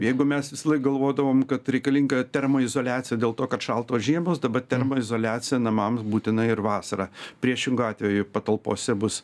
jeigu mes visąlaik galvodavom kad reikalinga termoizoliacija dėl to kad šaltos žiemos dabar termoizoliacija namams būtina ir vasarą priešingu atveju patalpose bus